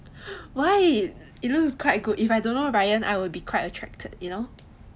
why it looks quite good if I don't know ryan I will be quite attracted you know